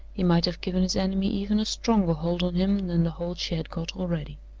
he might have given his enemy even a stronger hold on him than the hold she had got already.